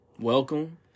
welcome